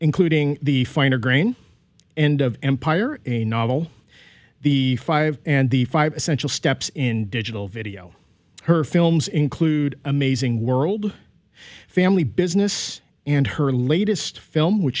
including the finer grained end of empire a novel the five and the five essential steps in digital video her films include amazing world family business and her latest film which